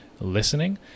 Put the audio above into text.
listening